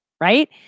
right